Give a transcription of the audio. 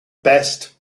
best